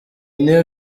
new